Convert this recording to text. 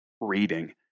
reading